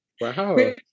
Wow